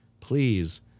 please